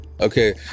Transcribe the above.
okay